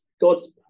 God's